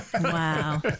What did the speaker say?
Wow